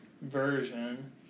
version